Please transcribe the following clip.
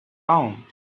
town